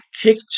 kicked